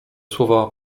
słowa